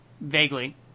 vaguely